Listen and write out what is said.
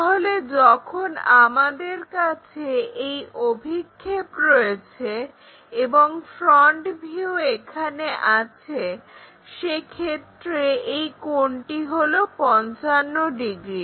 তাহলে যখন আমাদের কাছে এই অভিক্ষেপ রয়েছে এবং ফ্রন্ট ভিউ এখানে আছে সে ক্ষেত্রে এই কোণটি হলো 55 ডিগ্রী